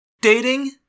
Dating